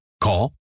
Call